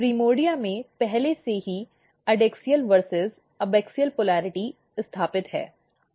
primordia में पहले से ही एडैक्सियल बनाम एबाक्सिअल पोलरिटी स्थापित है